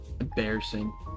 Embarrassing